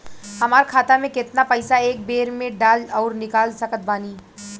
हमार खाता मे केतना पईसा एक बेर मे डाल आऊर निकाल सकत बानी?